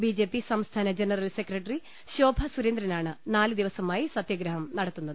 B J P സംസ്ഥാന general secretary Shobha സുരേന്ദ്രനാണ് നാല് ദിവസമായി സത്യഗ്രഹം നടത്തുന്നത്